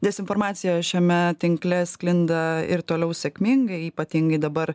dezinformacija šiame tinkle sklinda ir toliau sėkmingai ypatingai dabar